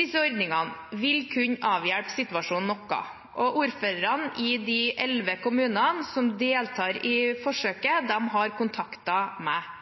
Disse ordningene vil kunne avhjelpe situasjonen noe. Ordførerne i de elleve kommunene som deltar i forsøket, har kontaktet meg.